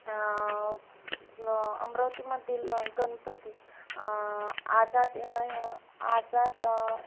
अमरावतीमधील गणपती आझाद ये आझाद